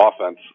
offense